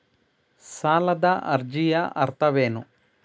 ಸಾಲದ ಅರ್ಜಿಯ ಅರ್ಥವೇನು?